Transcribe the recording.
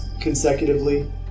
consecutively